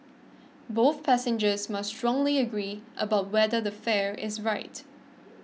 both passengers must strongly agree about whether the fare is right